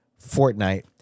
Fortnite